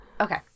Okay